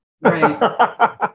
Right